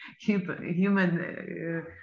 human